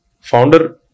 Founder